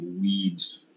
weeds